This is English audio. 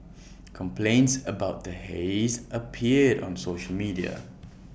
complaints about the haze appeared on social media